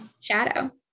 shadow